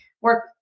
work